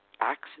acts